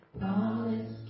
promise